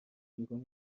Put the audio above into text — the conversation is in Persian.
هنگام